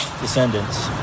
descendants